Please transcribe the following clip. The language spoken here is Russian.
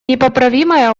непоправимое